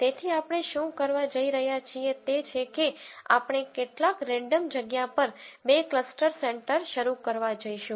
તેથી આપણે શું કરવા જઈ રહ્યા છીએ તે છે કે આપણે કેટલાક રેન્ડમ જગ્યા પર બે ક્લસ્ટર સેન્ટર શરૂ કરવા જઈશું